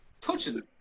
touching